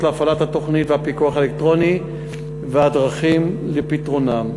להפעלת תוכנית הפיקוח האלקטרוני ואת הדרכים לפתרונן.